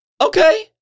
Okay